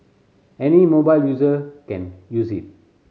any mobile user can use it